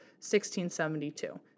1672